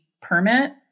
permit